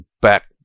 back